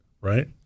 right